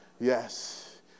Yes